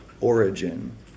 origin